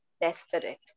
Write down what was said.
desperate